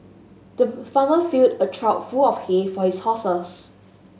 the farmer filled a trough full of hay for his horses